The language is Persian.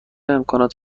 امکانات